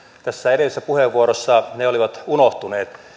edellisessä puheenvuorossa ne olivat unohtuneet